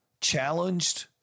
challenged